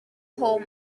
home